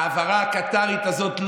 ההעברה הקטארית הזאת,